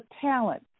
talent